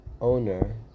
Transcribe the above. owner